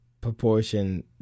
proportion